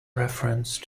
reference